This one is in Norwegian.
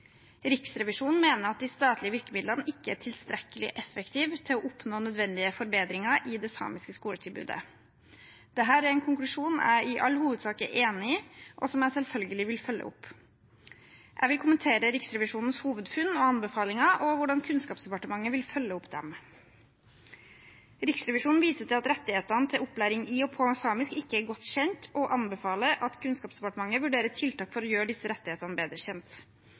Riksrevisjonen mener de statlige virkemidlene ikke er tilstrekkelig effektive for å oppnå nødvendige forbedringer i det samiske skoletilbudet. Dette er en konklusjon jeg i all hovedsak er enig i og selvfølgelig vil følge opp. Jeg vil kommentere Riksrevisjonens hovedfunn og anbefalinger og hvordan Kunnskapsdepartementet vil følge dem opp: Riksrevisjonen viser til at rettighetene til opplæring i og på samisk ikke er godt kjent, og anbefaler at Kunnskapsdepartementet vurderer tiltak for å gjøre disse rettighetene bedre kjent.